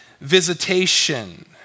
visitation